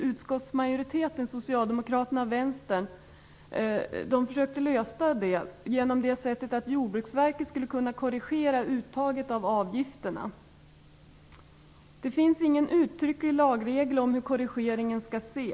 Utskottsmajoriteten - socialdemokraterna och vänstern - försökte lösa detta genom att föreslå att Jordbruksverket skulle kunna korrigera uttaget av avgifterna. Det finns ingen uttrycklig lagregel om hur korrigeringen skall ske.